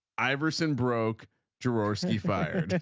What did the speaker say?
iverson broke jaworski fire.